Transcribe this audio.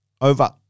Over